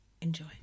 Enjoy